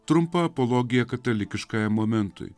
trumpa apologija katalikiškajam momentui